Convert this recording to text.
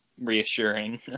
reassuring